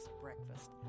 breakfast